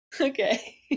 Okay